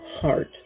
heart